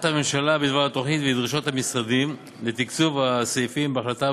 הממשלה בדבר התוכנית ודרישות המשרדים לתקצוב הסעיפים בהחלטה,